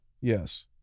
Yes